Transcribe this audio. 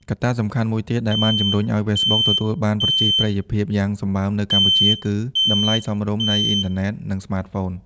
កត្តាសំខាន់មួយទៀតដែលបានជំរុញឲ្យ Facebook ទទួលបានប្រជាប្រិយភាពយ៉ាងសម្បើមនៅកម្ពុជា គឺ តម្លៃសមរម្យនៃអ៊ីនធឺណិត និងស្មាតហ្វូន។